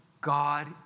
God